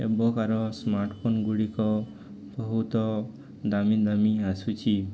ଏବେକାର ସ୍ମାର୍ଟଫୋନ୍ ଗୁଡ଼ିକ ବହୁତ ଦାମୀ ଦାମୀ ଆସୁଛି